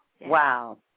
Wow